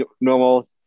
normal